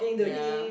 ya